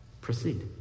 Proceed